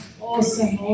Awesome